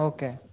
Okay